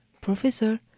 professor